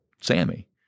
Sammy